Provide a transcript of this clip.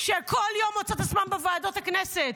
שכל יום מוצאות עצמן בוועדות הכנסת.